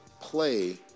play